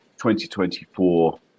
2024